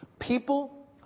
People